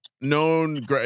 known